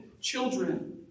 children